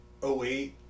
08